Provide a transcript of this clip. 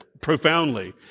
profoundly